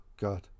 God